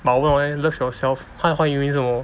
but 我不懂 leh love yourself 他的华语名是什么